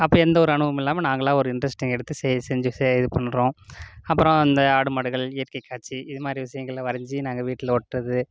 அப்போ எந்தவொரு அனுபவம் இல்லாமல் நாங்களாக ஒரு இன்ட்ரெஸ்டிங் எடுத்து செய் செஞ்சு செய் இது பண்ணுறோம் அப்புறம் இந்த ஆடு மாடுகள் இயற்கை காட்சி இதுமாதிரி விஷயங்கள்ல வரைஞ்சி நாங்கள் வீட்டில் ஒட்டுறது